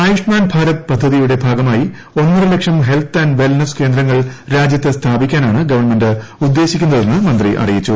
ആയുഷ്മാൻ ഭാരത് പദ്ധതിയുടെ ഭാഗമായിഒന്നരലക്ഷംഹെൽത്ത് ആൻഡ് വെൽനസ്സ്കേന്ദ്രങ്ങൾ രാജ്യത്ത്സ്ഥാപിക്കാനാണ്ഗവൺമെന്റ്ഉദ്ദേശിക്കുന്നതെന്ന് മന്ത്രി അറിയിച്ചു